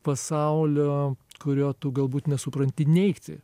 pasaulio kurio tu galbūt nesupranti neigti